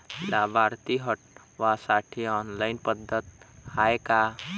लाभार्थी हटवासाठी ऑनलाईन पद्धत हाय का?